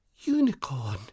Unicorn